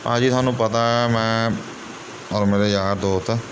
ਭਾਅ ਜੀ ਤੁਹਾਨੂੰ ਪਤਾ ਮੈਂ ਔਰ ਮੇਰੇ ਯਾਰ ਦੋਸਤ